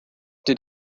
did